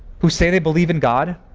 who say they believe in god,